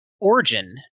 origin